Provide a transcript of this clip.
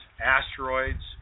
asteroids